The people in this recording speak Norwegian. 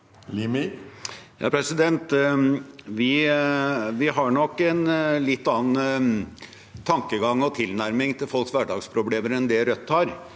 Limi (FrP) Vi har nok en litt annen tankegang og tilnærming til folks hverdagsproblemer enn det Rødt har,